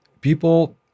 people